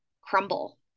crumble